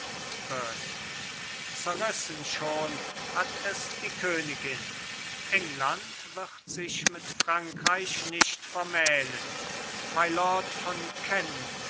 zerrissen schon hat es die königin england wird sich mit frankreich nicht vermählen mylord von